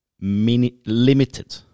Limited